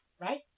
Right